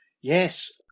Yes